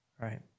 Right